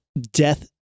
death